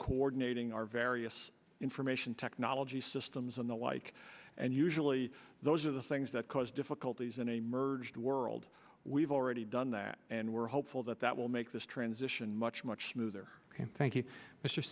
coordinating our various information technology systems and the like and usually those are the things that cause difficulties in a merged world we've already done that and we're hopeful that that will make this transition much much smoother thank you